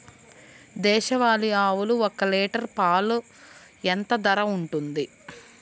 దేశవాలి ఆవులు ఒక్క లీటర్ పాలు ఎంత ధర ఉంటుంది?